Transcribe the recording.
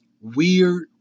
weird